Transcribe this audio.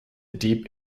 deep